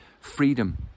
freedom